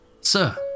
Sir